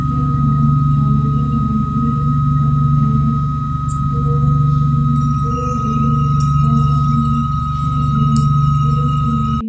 क्या आप आवेदन आई डी एम एक्स दो शून्य दो एक पाँच शून्य छः एक एक तीन